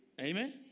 Amen